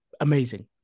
amazing